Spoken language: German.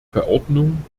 verordnung